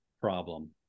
problem